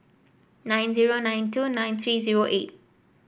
nine zero nine two nine three zero eight